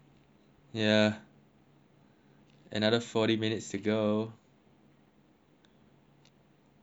another forty minutes to go